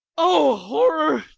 o horror,